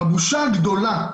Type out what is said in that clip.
הבושה הגדולה,